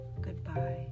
goodbye